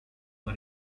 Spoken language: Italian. una